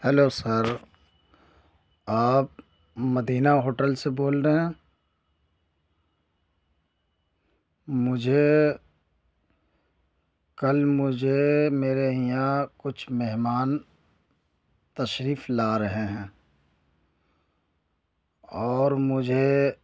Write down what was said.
hello sir آپ Madina hotel سے بول رہے ہیں مجھے کل مجھے میرے یہاں کچھ مہمان تشریف لا رہے ہیں اور مجھے